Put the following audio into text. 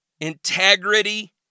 integrity